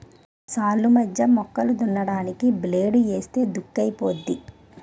సాల్లు మధ్య మొక్కలు దున్నడానికి బ్లేడ్ ఏస్తే దుక్కైపోద్ది